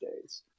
days